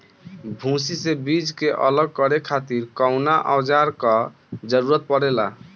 भूसी से बीज के अलग करे खातिर कउना औजार क जरूरत पड़ेला?